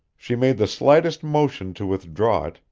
she made the slightest motion to withdraw it,